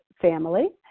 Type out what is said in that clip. family